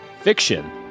fiction